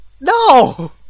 no